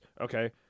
Okay